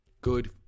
good